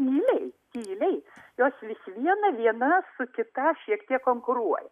tyliai tyliai jos vis viena viena su kita šiek tiek konkuruoja